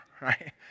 right